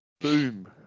Boom